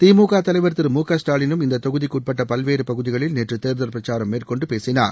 திமுக தலைவர் திரு மு க ஸ்டாலினும் இந்தத் தொகுதிக்குட்பட்ட பல்வேறு பகுதிகளில் நேற்று தேர்தல் பிரச்சாரம் மேற்கொண்டு பேசினார்